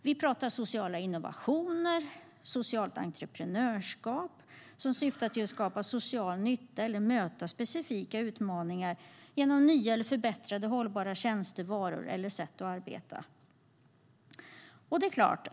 Vi pratar om sociala innovationer och socialt entreprenörskap, som syftar till att skapa social nytta eller möta specifika utmaningar genom nya eller förbättrade hållbara tjänster, varor eller arbetssätt.